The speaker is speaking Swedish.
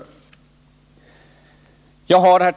Herr talman!